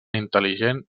intel·ligent